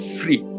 free